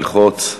ללחוץ.